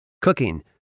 Cooking